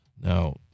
Now